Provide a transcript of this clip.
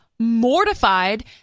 mortified